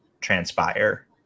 transpire